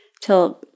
till